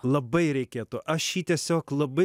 labai reikėtų aš jį tiesiog labai